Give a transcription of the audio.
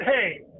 hey